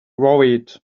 worried